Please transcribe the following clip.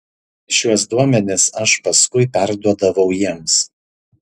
šiuos duomenis aš paskui perduodavau jiems